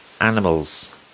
Animals